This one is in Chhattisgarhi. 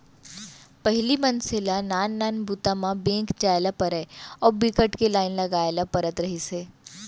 पहिली मनसे ल नान नान बूता म बेंक जाए ल परय अउ बिकट के लाईन लगाए ल परत रहिस हे